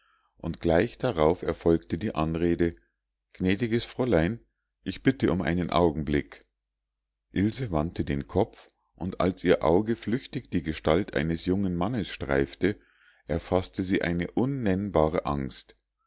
und gleich darauf erfolgte die anrede gnädiges fräulein ich bitte um einen augenblick ilse wandte den kopf und als ihr auge flüchtig die gestalt eines jungen mannes streifte erfaßte sie eine unnennbare angst